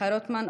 שמחה רוטמן,